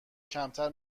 کمتر